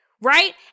Right